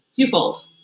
twofold